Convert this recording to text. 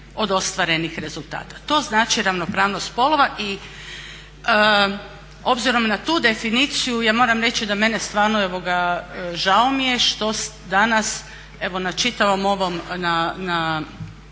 od ostvarenih rezultata. To znači ravnopravnost spolova. I obzirom na tu definiciju ja moram reći da mene stvarno evo ga, žao mi je što danas evo na čitavom ovom, na,